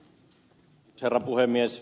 herra puhemies